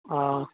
آ